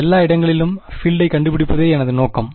எல்லா இடங்களிலும் பீல்டை கண்டுபிடிப்பதே எனது நோக்கம்